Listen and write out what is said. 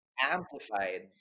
amplified